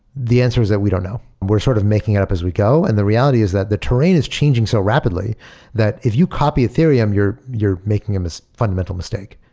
the answer is that we don't know. we're sort of making it up as we go, and the reality is that the terrain is changing so rapidly that if you copy ethereum, you're you're making um a fundamental mistake.